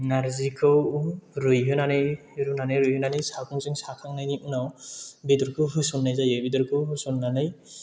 नारजिखौ रुइहोनानै रुनानै रुइहोनानै सागंजों साखांनायनि उनाव बेदरखौ होसननाय जायो बेदरखौ होसननानै